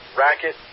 racket